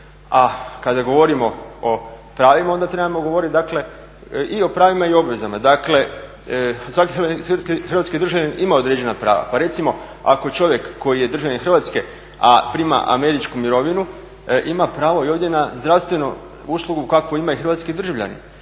A kada govorimo o pravima, onda trebamo govorit dakle i o pravima i o obvezama. Dakle svaki hrvatski državljanin ima određena prava, pa recimo ako čovjek koji je državljanin Hrvatske a prima američku mirovinu ima pravo i ovdje na zdravstvenu u slugu kakvu imaju hrvatski državljani.